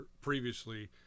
previously